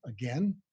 again